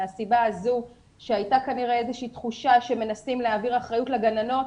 מהסיבה הזו שהייתה כנראה איזה שהיא תחושה שמנסים להעביר אחריות לגננת,